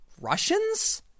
Russians